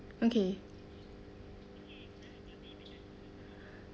okay